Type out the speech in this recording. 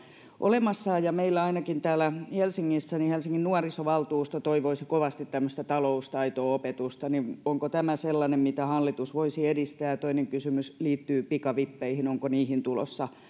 olemassa ja meillä ainakin täällä helsingissä helsingin nuorisovaltuusto toivoisi kovasti tämmöistä taloustaito opetusta onko tämä sellainen mitä hallitus voisi edistää ja ja toinen kysymys liittyy pikavippeihin onko niihin tulossa